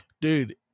Dude